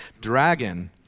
dragon